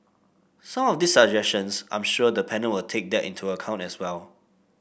some of these suggestions I'm sure the panel will take that into account as well